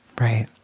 Right